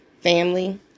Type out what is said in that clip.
family